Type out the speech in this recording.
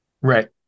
right